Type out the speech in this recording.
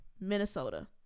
Minnesota